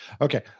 Okay